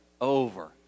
over